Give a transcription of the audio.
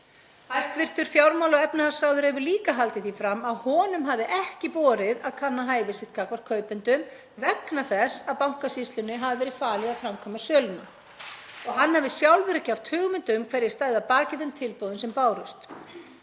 Hæstv. fjármála- og efnahagsráðherra hefur líka haldið því fram að honum hafi ekki borið að kanna hæfi sitt gagnvart kaupendum vegna þess að Bankasýslunni hafi verið falið að framkvæma söluna og hann hafi sjálfur ekki haft hugmynd um hverjir stæðu að baki þeim tilboðum sem bárust.